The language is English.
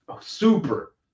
Super